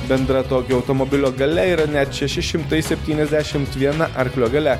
bendra tokio automobilio galia yra net šeši šimtai septyniasdešimt viena arklio galia